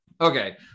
Okay